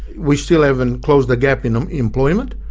we still haven't closed the gap in um employment,